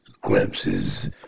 glimpses